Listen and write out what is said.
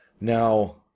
Now